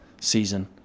season